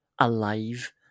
Alive